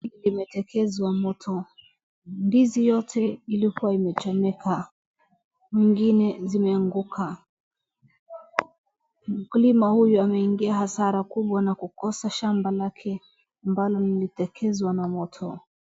Limetekezwa moto, ndizi lote lilikuwa limechomeka zingine zimeanguka. Mkulima huyu ameingia hasara kubwa na kukosa shamba lake mbali lilitekezwa na moto.